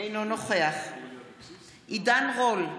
אינו נוכח עידן רול,